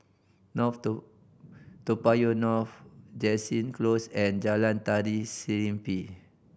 Toa Payoh North Jansen Close and Jalan Tari Serimpi